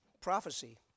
Prophecy